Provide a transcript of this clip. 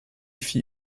fit